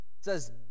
says